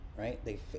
Right